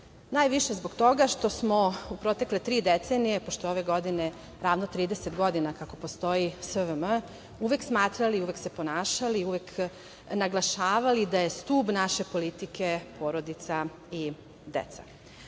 najviše zbog toga što smo u protekle tri decenije, pošto je ove godine ravno 30 godina kako postoji SVM, uvek smatrali i uvek se ponašali, uvek naglašavali da je stub naše politike porodica i deca. Ono